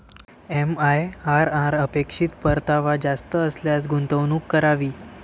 MIRR अपेक्षित परतावा जास्त असल्यास गुंतवणूक करावी